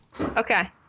Okay